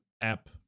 app